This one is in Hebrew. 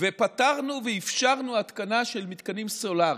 פטרנו ואפשרנו התקנה של מתקנים סולריים,